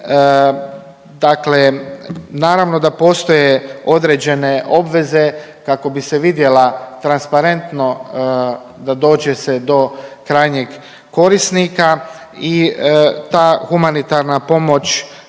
Dakle, naravno da postoje određene obveze kako bi se vidjela transparentno da dođe se do krajnjeg korisnika i ta humanitarna pomoć